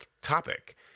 topic